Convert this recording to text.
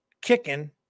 kicking